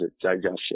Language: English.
digestion